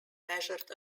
measured